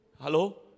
Hello